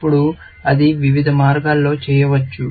ఇప్పుడు అది వివిధ మార్గాల్లో చేయవచ్చు